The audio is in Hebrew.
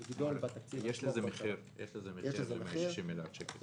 יש לזה מחיר של 60 מיליארד שקל.